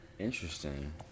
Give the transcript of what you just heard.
Interesting